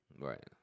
right